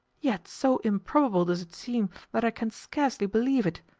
yet so improbable does it seem that i can scarcely believe it.